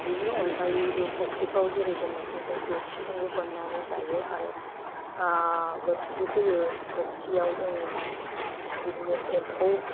बेनि अनगायैबो फख्रिफ्राव जेरै दोननायखौ जों बोरसिजोंबो बोननानै जायो आरो बोरसि होयो बोरसियाव जोङो बिदिनो एम्फौ